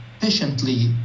patiently